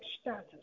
status